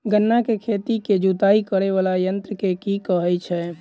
गन्ना केँ खेत केँ जुताई करै वला यंत्र केँ की कहय छै?